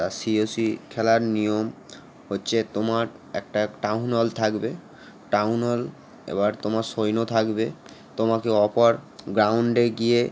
তা সিওসি খেলার নিয়ম হচ্ছে তোমার একটা টাউন হল থাকবে টাউন হল এবার তোমার সৈন্য থাকবে তোমাকে অপর গ্রাউন্ডে গিয়ে